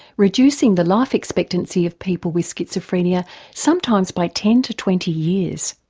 reducing the life expectancy of people with schizophrenia sometimes by ten to twenty years.